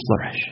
flourish